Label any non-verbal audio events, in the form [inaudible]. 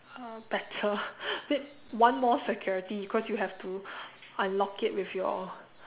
uh better [laughs] need one more security cause you have to unlock it with your